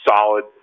solid